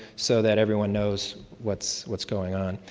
so that everyone knows what's what's going on.